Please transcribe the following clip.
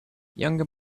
younger